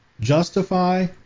justify